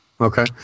Okay